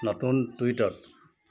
নতুন টুইট